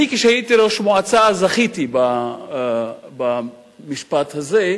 אני, כשהייתי ראש מועצה, זכיתי במשפט הזה.